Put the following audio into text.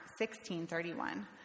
16.31